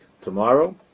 Tomorrow